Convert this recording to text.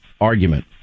argument